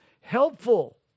helpful